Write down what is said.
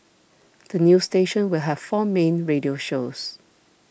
the new station will have four main radio shows